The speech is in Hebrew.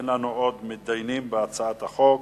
אין לנו עוד מתדיינים בהצעת החוק.